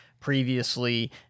Previously